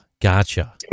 Gotcha